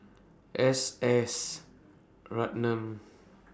S S Ratnam